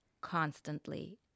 constantly